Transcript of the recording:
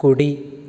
కుడి